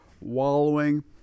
wallowing